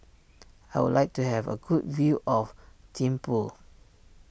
I would like to have a good view of Thimphu